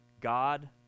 God